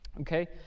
okay